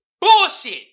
bullshit